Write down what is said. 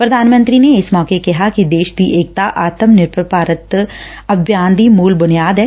ਪ੍ਰਧਾਨ ਮੰਤਰੀ ਨੇ ਇਸ ਮੌਕੇ ਕਿਹਾ ਕਿ ਦੇਸ਼ ਦੀ ਏਕਤਾ ਆਤਮ ਨਿਰਭਰ ਭਾਰਤ ਅਭਿਆਨ ਦੀ ਮੁਲ ਬੁਨਿਆਦ ਐ